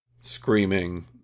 screaming